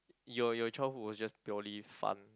your your childhood was just purely fun